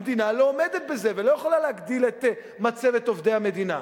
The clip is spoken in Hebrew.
המדינה לא עומדת בזה ולא יכולה להגדיל את מצבת עובדי המדינה,